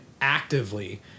actively